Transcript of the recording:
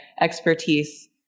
expertise